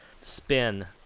spin